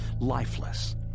lifeless